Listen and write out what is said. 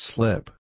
Slip